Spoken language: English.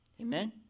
Amen